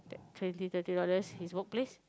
twenty thirty dollars his workplace